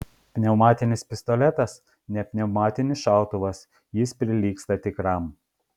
pneumatinis pistoletas ne pneumatinis šautuvas jis prilygsta tikram